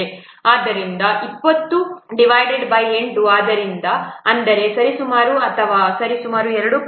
ಆದ್ದರಿಂದ 208 ಆದ್ದರಿಂದ ಅಂದರೆ ಸರಿಸುಮಾರು ಅಥವಾ ಸರಿಸುಮಾರು 2